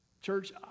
Church